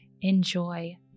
Enjoy